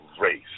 race